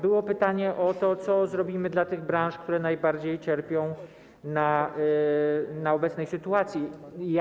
Było pytanie o to, co zrobimy dla tych branż, które najbardziej cierpią z powodu obecnej sytuacji.